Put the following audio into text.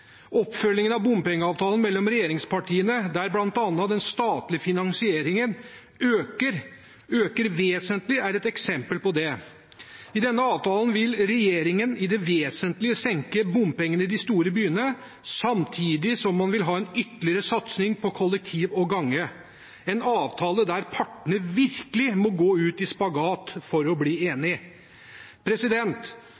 Oppfølgingen av bompengeavtalen mellom regjeringspartiene, der bl.a. den statlige finansieringen øker vesentlig, er et eksempel på det. I den avtalen vil regjeringen i det vesentlige senke bompengene i de store byene, samtidig som man vil ha en ytterligere satsing på kollektiv og gange – en avtale der partene virkelig må gå i spagat for å bli